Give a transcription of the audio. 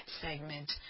segment